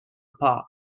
paw